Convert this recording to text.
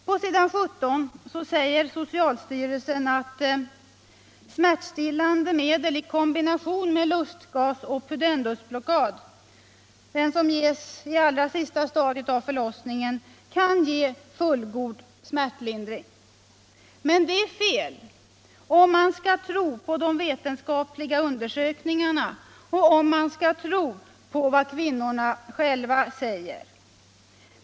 På s. 17 i betänkandet redovisas ett uttalande av socialstyrelsen att smärtstillande medel i kombination med lustgas och pudendusblockad, som ges i allra sista stadiet av förlossningen, kan ge en fullgod smärtlindring. Men det är fel, om man skall tro på de vetenskapliga undersökningarna och på vad kvinnorna själva säger.